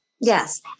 Yes